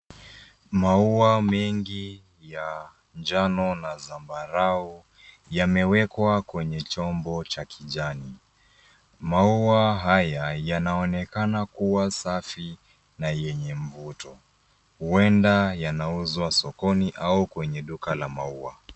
Maua mengi ya njano na zambarau yamewekwa kwenye chombo cha kijani. Maua haya yanaonekana kuwa safi na yenye mvuto, huenda yanauzwa sokoni au kwenye duka la maua.